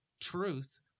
Truth